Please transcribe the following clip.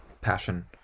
passion